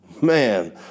Man